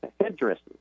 headdresses